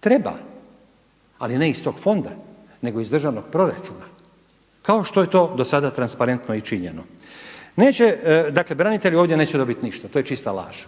Treba, ali ne iz tog fonda, nego iz državnog proračuna kao što je to do sada transparentno i činjeno. Neće, dakle branitelji ovdje neće dobiti ništa, to je čista laž.